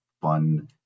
fun